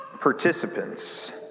participants